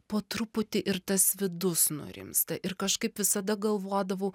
po truputį ir tas vidus nurimsta ir kažkaip visada galvodavau